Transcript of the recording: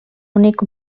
únic